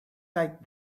like